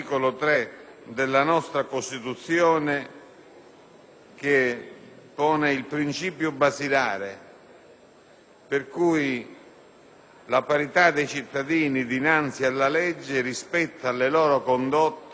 che pone il principio basilare secondo cui la parità dei cittadini dinanzi alla legge rispetto alle loro condotte deve essere assoluta e non può essere